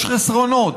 יש חסרונות,